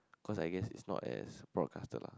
cause I guess is not as broadcasted lah